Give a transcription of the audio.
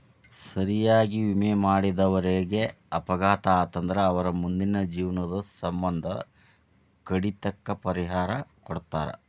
ಸರಿಯಾಗಿ ವಿಮೆ ಮಾಡಿದವರೇಗ ಅಪಘಾತ ಆತಂದ್ರ ಅವರ್ ಮುಂದಿನ ಜೇವ್ನದ್ ಸಮ್ಮಂದ ಕಡಿತಕ್ಕ ಪರಿಹಾರಾ ಕೊಡ್ತಾರ್